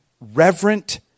reverent